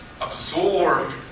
absorbed